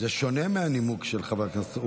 זה שונה מהנימוק של חבר הכנסת.